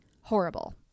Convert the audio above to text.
horrible